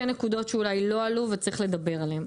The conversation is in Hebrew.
נקודות שאולי לא עלו וצריך לדבר עליהם,